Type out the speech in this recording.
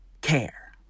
care